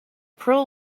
pearl